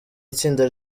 itsinda